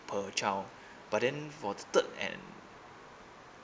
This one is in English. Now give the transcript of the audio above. per child but then for the third and